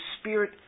Spirit